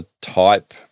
type